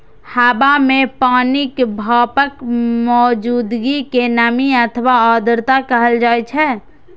हवा मे पानिक भापक मौजूदगी कें नमी अथवा आर्द्रता कहल जाइ छै